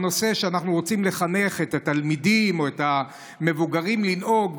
גם בנושא שאנחנו רוצים לחנך את התלמידים ואת המבוגרים איך לנהוג,